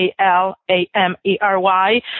A-L-A-M-E-R-Y